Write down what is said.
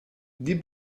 die